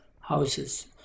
houses